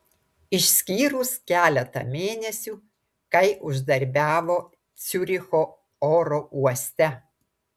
išskyrus keletą mėnesių kai uždarbiavo ciuricho oro uoste